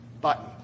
button